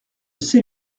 sais